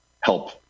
help